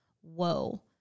whoa